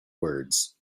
words